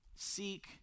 Seek